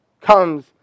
comes